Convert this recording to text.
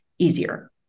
easier